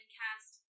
cast